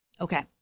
Okay